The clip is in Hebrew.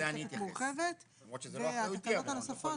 והתקנות הנוספות